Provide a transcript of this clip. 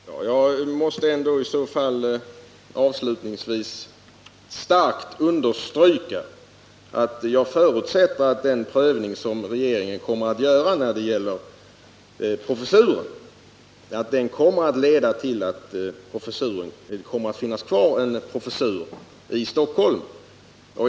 Herr talman! Jag måste i så fall avslutningsvis starkt understryka att jag förutsätter att den prövning som regeringen kommer att göra när det gäller professuren kommer att leda till att det kommer att finnas kvar en professur i Stockholm.